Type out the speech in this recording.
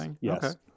yes